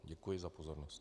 Děkuji za pozornost.